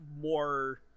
more